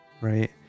right